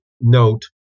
note